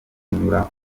kunyura